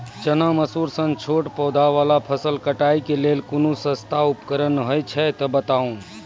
चना, मसूर सन छोट पौधा वाला फसल कटाई के लेल कूनू सस्ता उपकरण हे छै तऽ बताऊ?